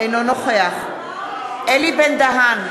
אינו נוכח אלי בן-דהן,